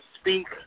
speak